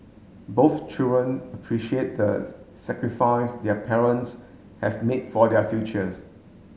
both children appreciate the sacrifice their parents have made for their futures